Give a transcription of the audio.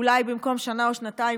אולי במקום שנה או שנתיים,